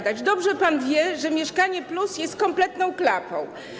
Dobrze pan wie, że „Mieszkanie+” jest kompletną klapą.